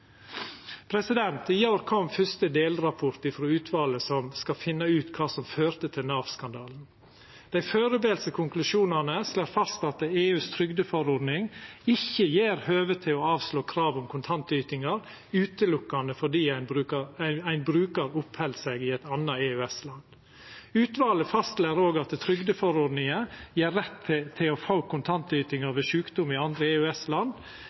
I går kom den første delrapporten frå utvalet som skal finna ut kva som førte til Nav-skandalen. Dei førebelse konklusjonane slår fast at EUs trygdeforordning ikkje gjev høve til å avslå krav om kontantytingar utelukkande fordi ein brukar oppheld seg i eit anna EØS-land. Utvalet fastslår òg at trygdeforordninga gjev rett til å få kontantytingar ved sjukdom i andre